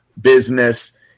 business